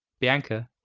bianca,